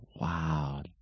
wow